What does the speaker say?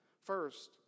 First